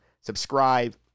Subscribe